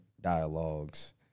dialogues